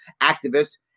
activists